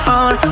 on